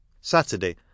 Saturday